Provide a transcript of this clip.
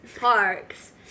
parks